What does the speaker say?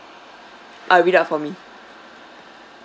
ah read out for me